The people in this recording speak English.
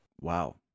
Wow